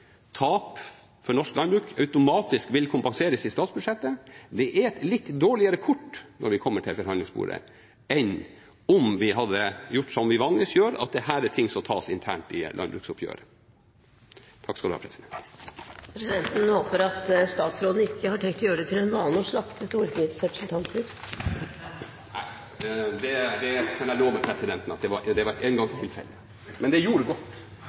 tap for norsk landbruk automatisk vil kompenseres i statsbudsjettet, gir oss litt dårligere kort når vi kommer til forhandlingsbordet, enn om vi hadde gjort som vi vanligvis gjør, og sagt at dette er noe som tas internt i landbruksoppgjøret. Presidenten håper at statsråden ikke har tenkt å gjøre det til en vane å slakte stortingsrepresentanter. Nei, det kan jeg love. Det var et engangstilfelle. Men det gjorde godt. Det har presidenten forstått. De talere som heretter får ordet, har en